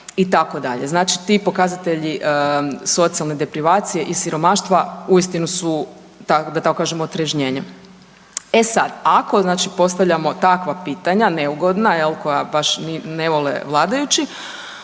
itd., znači ti pokazatelji socijalne deprivacije i siromaštva uistinu su da tako kažem otrežnjenje. E sad, ako postavljamo takva pitanja neugodna jel koja baš ne vole vladajući